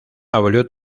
abolió